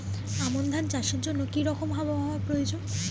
আমন ধান চাষের জন্য কি রকম আবহাওয়া প্রয়োজন?